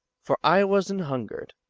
for i was an hungered,